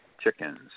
chickens